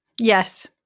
Yes